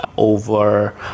over